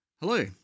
Hello